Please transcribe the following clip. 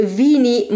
vini